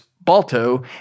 Balto